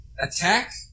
attack